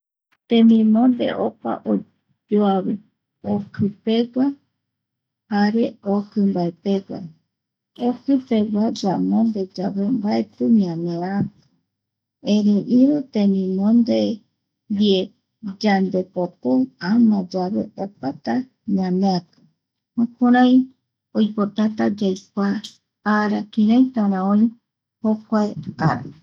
Temimonde opa oyo. Avi okipegua, jare okimbaepegua, okipegua yamonde yave mbaeti ñaneaki, erei iru temimonde ndie, yandepokou ama yave opata ñaneaki. jurai oipotata yaikua ara kirai ra oï jokua ara.